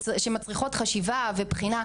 שמצריכות חשיבה ובחינה.